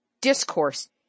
discourse